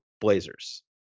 BLAZERS